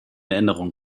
erinnerung